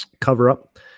cover-up